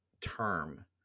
term